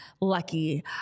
lucky